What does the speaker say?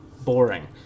boring